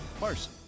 Parsons